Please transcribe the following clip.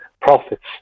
profits